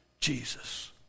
Jesus